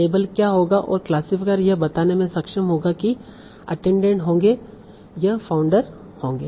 label क्या होगा और क्लासिफायर यह बताने में सक्षम होगा कि अटेंनडेड होंगे यह फाउंडर होंगे